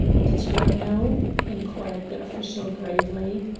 did you not know? inquired the official gravely.